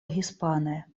hispane